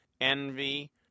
envy